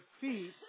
feet